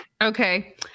Okay